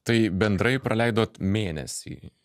tai bendrai praleidot mėnesį